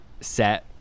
set